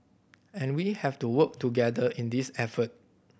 and we have to work together in this effort